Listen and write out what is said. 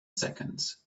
seconds